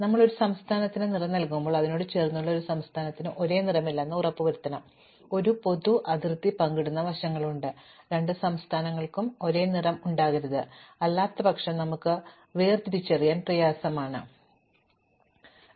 നമ്മൾ ഒരു സംസ്ഥാനത്തിന് നിറം നൽകുമ്പോൾ അതിനോട് ചേർന്നുള്ള ഒരു സംസ്ഥാനത്തിനും ഒരേ നിറമില്ലെന്ന് ഉറപ്പുവരുത്തണം ഒരു പൊതു അതിർത്തി പങ്കിടുന്ന വശങ്ങളുള്ള രണ്ട് സംസ്ഥാനങ്ങൾക്കും ഒരേ നിറം ഉണ്ടാകരുത് അല്ലാത്തപക്ഷം നമുക്ക് ഒന്ന് വേർതിരിച്ചറിയാൻ പ്രയാസമാണ് മറ്റൊന്നിൽ നിന്ന് പ്രസ്താവിക്കുക